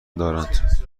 دارند